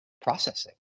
processing